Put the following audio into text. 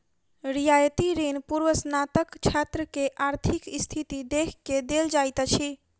रियायती ऋण पूर्वस्नातक छात्र के आर्थिक स्थिति देख के देल जाइत अछि